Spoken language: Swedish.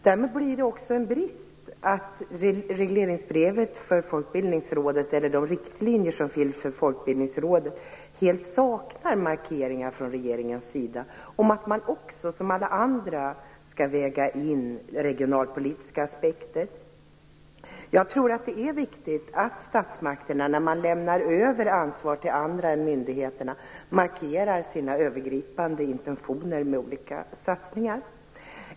Därmed blir det också en brist att regleringsbrevet för Folkbildningsrådet, eller de riktlinjer som finns för detta, helt saknar markeringar från regeringens sida om att man, som alla andra, skall väga in regionalpolitiska aspekter. Jag tror att det är viktigt att statsmakterna, när man lämnar över ansvar till andra än myndigheterna, markerar sina övergripande intentioner med olika satsningar.